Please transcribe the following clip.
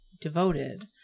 devoted